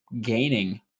gaining